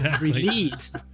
release